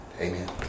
Amen